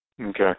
Okay